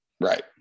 Right